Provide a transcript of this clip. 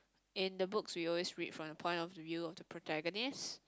in the books we always read from the point of view of the protagonist